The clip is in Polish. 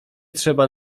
trzeba